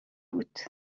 بود